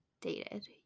dated